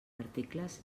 articles